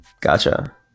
Gotcha